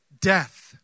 death